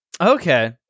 Okay